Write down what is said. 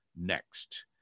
next